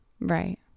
Right